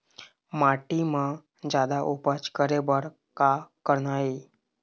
माटी म जादा उपज करे बर का करना ये?